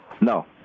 No